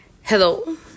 Hello